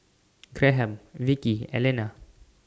Graham Vickey Elena